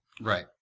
Right